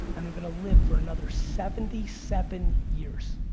and they're gonna live for another seventy seven years.